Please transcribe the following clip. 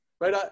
right